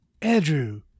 Andrew